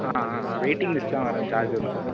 ஆ ஆ ஆ வெயிட்டிங் லிஸ்ட்லாம் வரும் சார்ஜ் வரும் சார்